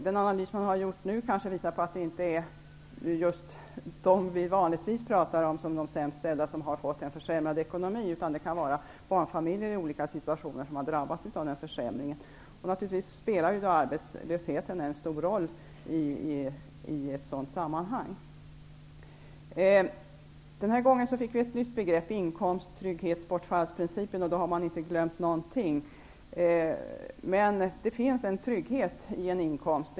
Den analys som man nu gjort visar på att det kanske inte är just dem som vi vanligtvis talar om som de sämst ställda som har fått en försämrad ekonomi, utan det kan vara barnfamiljer som i olika situationer har drabbats av försämringar. Arbetslösheten spelar naturligtvis en stor roll i ett sådant sammanhang. Vi har den här gången fått ett nytt begrepp -- trygghet i form av en inkomstbortfallsprincip. Man har då inte glömt någonting. Det är helt klart att det finns en trygghet i en inkomst.